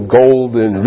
golden